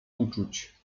uczuć